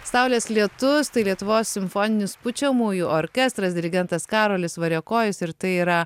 saulės lietus tai lietuvos simfoninis pučiamųjų orkestras dirigentas karolis variakojis ir tai yra